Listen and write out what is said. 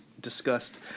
discussed